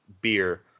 beer